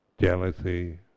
jealousy